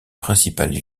principales